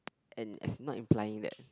and as is not implying that